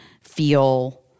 feel